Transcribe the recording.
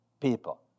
people